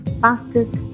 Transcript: fastest